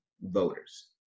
voters